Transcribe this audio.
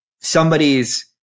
somebody's